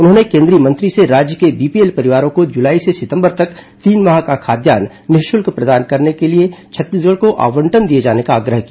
उन्होंने केंद्रीय मंत्री से राज्य के बीपीएल परिवारों को जुलाई से सितंबर तक तीन माह का खाद्यान्न निःशुल्क प्रदान किए जाने के लिए छत्तीसगढ़ को आवंटन दिए जाने का आग्रह किया